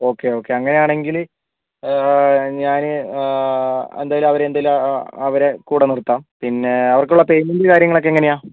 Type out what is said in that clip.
okay okay അങ്ങനെയാണെങ്കിൽ ഞാൻ എന്തായാലും അവരെ എന്തായാലും അവരെ കൂടെ നിർത്താം പിന്നെ അവർക്കുള്ള പേയ്മെന്റും കാര്യങ്ങളുമൊക്കെ എങ്ങനെയാണ്